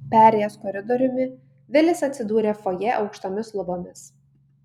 perėjęs koridoriumi vilis atsidūrė fojė aukštomis lubomis